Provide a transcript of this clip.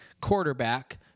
quarterback